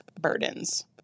burdens